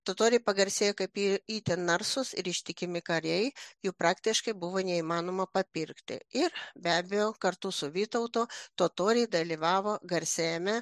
totoriai pagarsėjo kaip i itin narsūs ir ištikimi kariai jų praktiškai buvo neįmanoma papirkti ir be abejo kartu su vytautu totoriai dalyvavo garsiajame